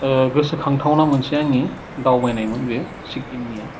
गोसो खांथावना मोनसे आंनि दावबायनायमोन बियो सिक्किमनिया